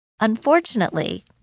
Unfortunately